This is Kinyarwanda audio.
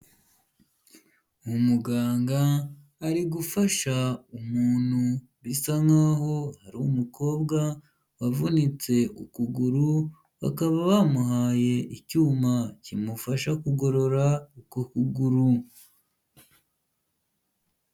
Umuganga ari gufasha umuntu bisa nkaho ari umukobwa wavunitse ukuguru, bakaba bamuhaye icyuma kimufasha kugorora uko kuguru.